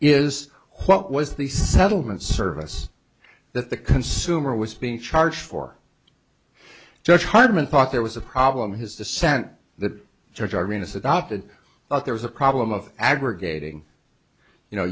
is what was the settlement service that the consumer was being charged for judge hardman thought there was a problem his dissent the charge i mean it's adopted but there was a problem of aggregating you know